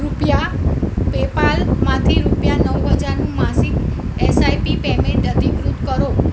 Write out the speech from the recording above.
કૃપયા પેપાલમાંથી રૂપિયા નવ હજારનું માસિક એસઆઇપી પેમેંટ અધિકૃત કરો